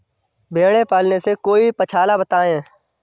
भेड़े पालने से कोई पक्षाला बताएं?